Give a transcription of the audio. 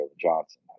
Johnson